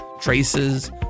traces